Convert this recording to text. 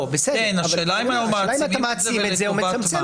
אזכיר מה שאמרתי אתמול בישיבה - אנשים מצביעים לכנסת